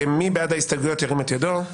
מי בעד ההסתייגויות, ירים את ידו?